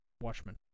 Watchmen